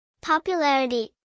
Popularity